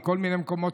מכל מיני מקומות,